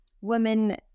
women